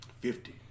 Fifty